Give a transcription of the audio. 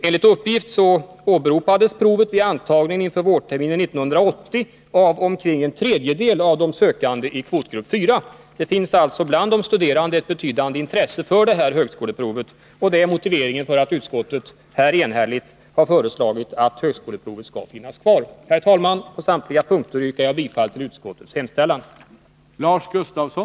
Enligt uppgift åberopades provet vid ansökningar inför vårterminen 1980 av omkring en tredjedel av de sökande i kvotgrupp IV. Det finns alltså bland de studerande ett betydande intresse för detta högskoleprov, och det är motiveringen för att utskottet enhälligt har föreslagit att högskoleprovet skall finnas kvar. Herr talman! På samtliga punkter yrkar jag bifall till utskottets hemställan.